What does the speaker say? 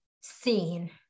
seen